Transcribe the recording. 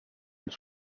ont